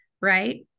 right